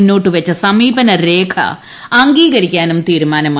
മുന്നോട്ടുവച്ച സമീപനരേഖ അംഗീകരിക്കാനും തീരുമാനമായി